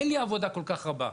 אין לי עבודה כל-כך רבה.